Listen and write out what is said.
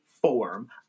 form